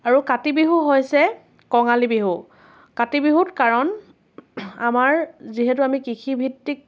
আৰু কাতি বিহু হৈছে কঙালী বিহু কাতি বিহুত কাৰণ আমাৰ যিহেতু আমি কৃষিভিত্তিক